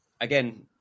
again